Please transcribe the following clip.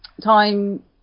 time